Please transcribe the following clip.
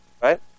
Right